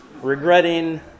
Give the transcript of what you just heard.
regretting